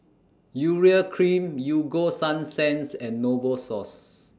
Urea Cream Ego Sunsense and Novosource